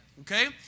Okay